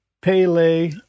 Pele